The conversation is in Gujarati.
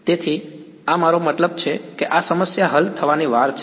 તેથી આ મારો મતલબ છે કે આ સમસ્યા હલ થવાની વાર છે